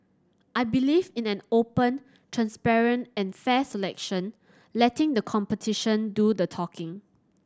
I believe in an open transparent and fair selection letting the competition do the talking